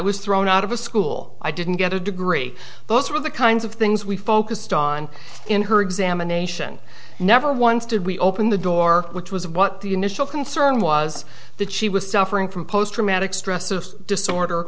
was thrown out of school i didn't get a degree those were the kinds of things we focused on in her examination never once did we open the door which was what the initial concern was that she was suffering from post traumatic stress of disorder